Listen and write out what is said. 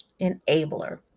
Enabler